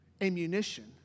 ammunition